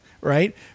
right